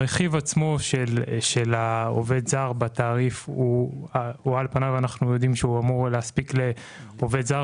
הרכיב עצמו של העובד הזר בתעריף אמור להספיק לעובד זר